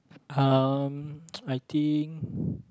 um I think